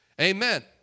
amen